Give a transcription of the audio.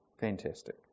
fantastic